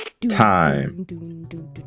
Time